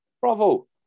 Bravo